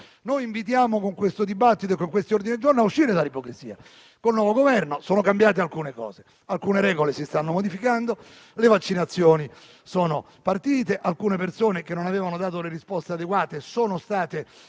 Noi invitiamo, con questo dibattito e con questo ordine del giorno, a uscire dall'ipocrisia. Con il nuovo Governo sono cambiate alcune cose; alcune regole si stanno modificando; le vaccinazioni sono partite; alcune persone che non avevano dato le risposte adeguate sono state